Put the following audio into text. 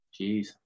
Jeez